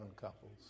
couples